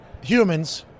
Humans